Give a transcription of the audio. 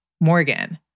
Morgan